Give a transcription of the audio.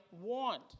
want